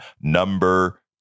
number